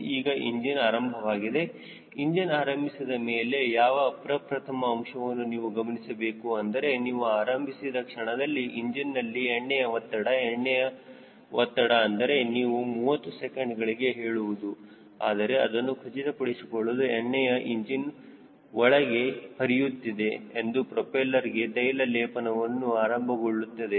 ಈಗ ಇಂಜಿನ್ ಆರಂಭವಾಗಿದೆ ಇಂಜಿನ್ ಆರಂಭಿಸಿದ ಮೇಲೆ ಯಾವ ಪ್ರಪ್ರಥಮ ಅಂಶವನ್ನು ನೀವು ಗಮನಿಸಬೇಕು ಅಂದರೆ ನೀವು ಆರಂಭಿಸಿದ ಕ್ಷಣದಲ್ಲಿ ಇಂಜಿನ್ನಲ್ಲಿ ಎಣ್ಣೆಯ ಒತ್ತಡ ಎಣ್ಣೆಯ ಒತ್ತಡ ಎಂದರೆ ನೀವು 30 ಸೆಕೆಂಡ್ ಗಳಿಗೆ ಹೇಳುವುದು ಆದರೆ ಇದನ್ನು ಖಚಿತಪಡಿಸಿಕೊಳ್ಳಲು ಎಣ್ಣೆಯು ಇಂಜಿನ್ ಒಳಗೆ ಹರಿಯುತ್ತಿದೆ ಮತ್ತು ಪ್ರೊಪೆಲ್ಲರ್ಗೆ ತೈಲ ಲೇಪನವು ಆರಂಭಗೊಳ್ಳುತ್ತದೆ